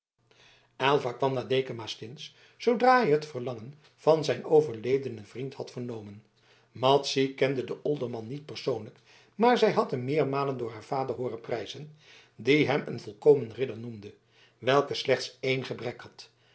aylva kwam naar dekamastins zoodra hij het verlangen van zijn overledenen vriend had vernomen madzy kende den olderman niet persoonlijk maar zij had hem meermalen door haar vader hooren prijzen die hem een volkomen ridder noemde welke slechts één gebrek had